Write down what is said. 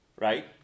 Right